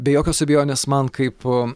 be jokios abejonės man kaip